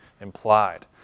implied